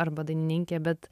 arba dainininke bet